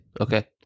Okay